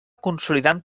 consolidant